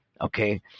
okay